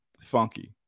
Funky